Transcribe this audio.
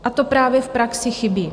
A to právě v praxi chybí.